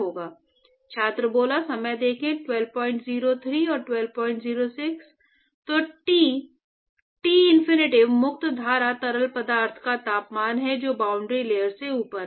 तो T infinity मुक्त धारा तरल पदार्थ का तापमान है जो बाउंड्री लेयर से ऊपर है